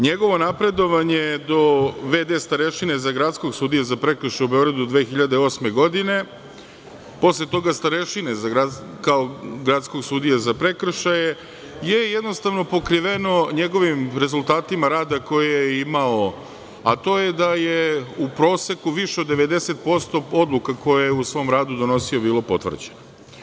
NJegovo napredovanje do v.d. starešine za gradskog sudiju za prekršaje u Beogradu 2008. godine, posle toga starešine kao gradskog sudije za prekršaje je jednostavno pokriveno njegovim rezultatima rada koje je imao, a to je da je u proseku više od 90% odluka koje je u svom radu donosio bilo potvrđeno.